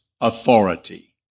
authority